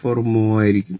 04 mho ആയിരിക്കും